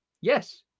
Yes